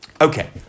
Okay